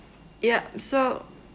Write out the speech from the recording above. yup so